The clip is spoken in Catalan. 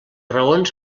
raons